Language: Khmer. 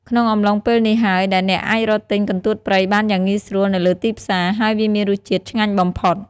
ក្នុងអំឡុងពេលនេះហើយដែលអ្នកអាចរកទិញកន្ទួតព្រៃបានយ៉ាងងាយស្រួលនៅលើទីផ្សារ ហើយវាមានរសជាតិឆ្ងាញ់បំផុត។